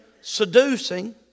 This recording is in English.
seducing